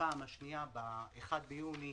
הפעם השנייה ב-1 ביוני,